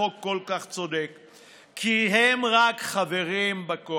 חוק כל כך צודק רק כי הם חברים בקואליציה.